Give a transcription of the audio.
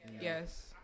Yes